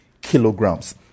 kilograms